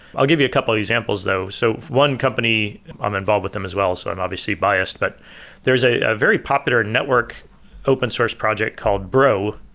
i'll give you a couple of examples though. so one company i'm involved with them as well, so i'm obviously biased, but there's a very popular network open source project called bro.